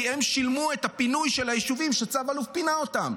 כי הם שילמו את הפינוי של היישובים שצו אלוף פינה אותם.